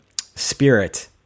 spirit